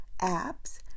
apps